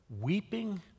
weeping